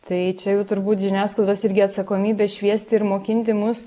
tai čia jau turbūt žiniasklaidos irgi atsakomybė šviesti ir mokinti mus